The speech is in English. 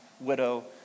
widow